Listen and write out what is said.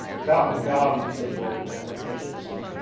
come, come said the old man incredulously.